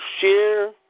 share